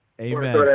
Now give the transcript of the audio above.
amen